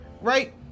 right